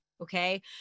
okay